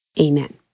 Amen